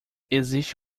existe